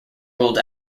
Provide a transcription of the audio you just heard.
ruled